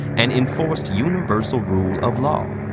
and inforced universal rule of law,